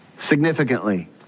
significantly